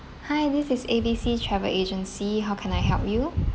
hi this is A B C travel agency how can I help you